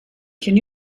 can